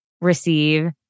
receive